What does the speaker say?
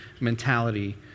mentality